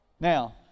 Now